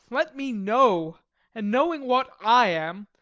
let me know and knowing what i am,